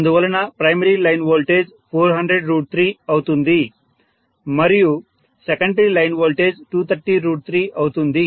అందువలన primary line voltage 4003 అవుతుంది మరియు సెకండరీ లైన్ వోల్టేజ్ 2303 అవుతుంది